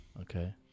okay